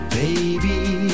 baby